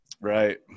Right